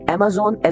Amazon